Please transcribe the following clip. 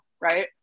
right